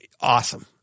awesome